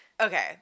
Okay